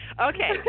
Okay